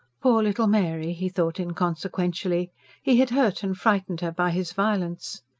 poor little mary, he thought inconsequently he had hurt and frightened her by his violence.